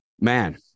Man